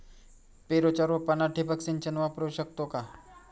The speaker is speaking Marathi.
पेरूच्या रोपांना ठिबक सिंचन वापरू शकतो का?